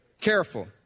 Careful